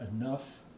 enough